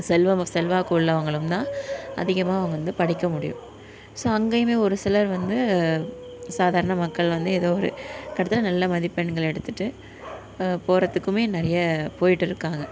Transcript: செல்வம் செல்வாக்கு உள்ளவங்களும்தான் அதிகமாக அவங்க வந்து படிக்க முடியும் ஸோ அங்கேயுமே ஒரு சிலர் வந்து சாதாரண மக்கள் வந்து ஏதோ ஒரு கட்டத்தில் நல்ல மதிப்பெண்களை எடுத்துகிட்டு போகிறத்துக்குமே நிறைய போய்ட்ருக்காங்க